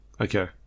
okay